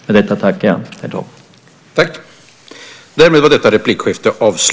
Med detta tackar jag, herr talman!